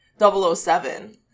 007